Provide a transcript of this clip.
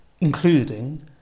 including